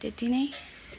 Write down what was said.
त्यति नै